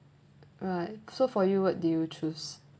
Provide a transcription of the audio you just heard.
right so for you what do you choose